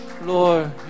Lord